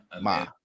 Ma